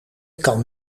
kan